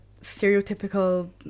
stereotypical